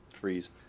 freeze